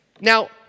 Now